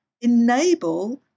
enable